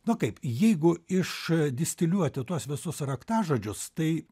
nu kaip jeigu iš distiliuoti tuos visus raktažodžius tai